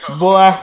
boy